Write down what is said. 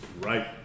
right